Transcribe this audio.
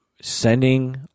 sending